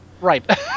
Right